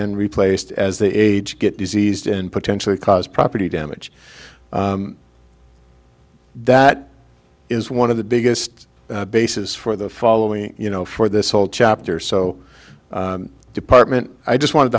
and replaced as they age get diseased and potentially cause property damage that is one of the biggest bases for the following you know for this whole chapter so department i just wanted